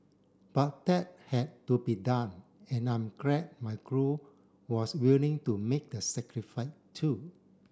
but that had to be done and I'm glad my crew was willing to make the sacrifice too